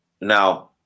now